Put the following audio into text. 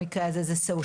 במקרה הזה, זה חברתי.